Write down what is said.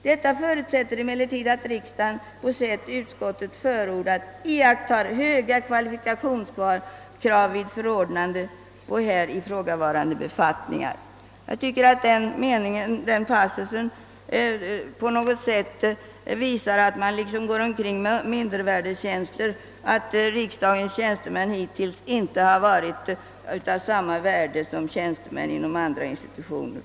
Detta förutsätter emellertid att riksdagen på sätt utskottet förordar iakttar höga kvalifikationskrav vid förordnande på här ifrågakommande befattningar.» Jag tycker att denna passus visar att man nedvärderar riksdagens tjänstemän och menar att dessa inte skulle ha samma värde som tjänstemän inom andra institutioner.